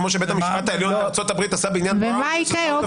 כמו שבית המשפט העליון בארצות הברית עשה בעניין --- ומה יקרה?